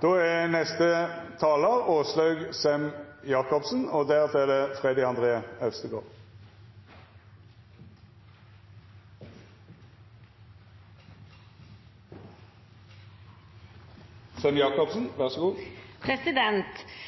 Replikkordskiftet er over. Kultur er et stort begrep. Det definerer oss, det former oss og